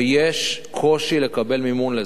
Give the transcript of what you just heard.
ויש קושי לקבל מימון לזה.